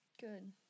Good